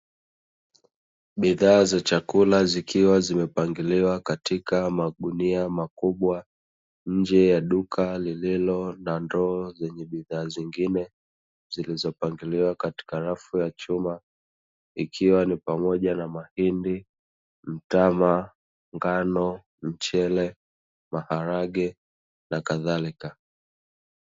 Bidhaa za chakula zikiwa zimepangiliwa katika magunia makubwa, nje ya duka lililo na bidhaa nyingine zilizopangiliwa katika rafu ya chuma, ikiwa ni pamoja na mahindi, mtama, ngano, mchele, mchele na kadhalika.